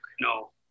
No